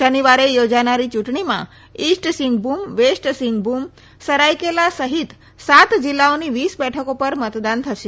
શનિવારે યોજાનારી યુંટણીમાં ઇસ્ટ સિંઘભૂમ વેસ્ટ સિંઘભૂમ સરાયકેલા સહિત સાત જીલ્લાઓની વીસ બેઠકો પર મતદાન થશે